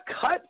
cut